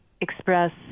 express